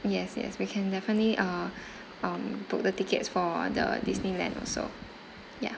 yes yes we can definitely uh um book the tickets for the disneyland also ya